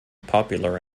popular